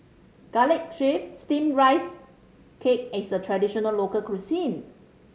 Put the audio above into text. Garlic Chives Steamed Rice Cake is a traditional local cuisine